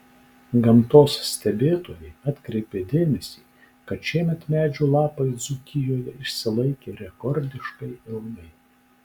gamtos stebėtojai atkreipė dėmesį kad šiemet medžių lapai dzūkijoje išsilaikė rekordiškai ilgai